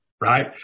right